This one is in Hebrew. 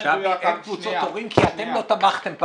שבי, אין קבוצות הורים כי אתם לא תמכתם.